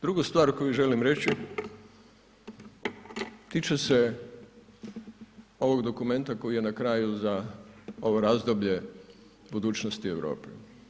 Drugu stvar koju želim reći, tiče se ovog dokumenta koji je na kraju za ovo razdoblje budućnosti Europe.